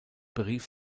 berief